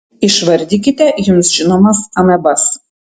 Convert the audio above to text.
išvardykite jums žinomas amebas